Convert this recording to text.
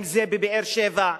אם בבאר-שבע,